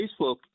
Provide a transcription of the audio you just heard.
Facebook